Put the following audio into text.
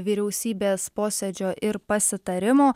vyriausybės posėdžio ir pasitarimo